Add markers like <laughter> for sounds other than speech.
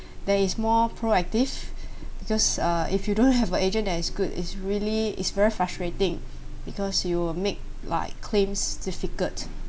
there is more proactive <breath> because uh if you don't have a agent that is good it's really it's very frustrating because you will make like claims difficult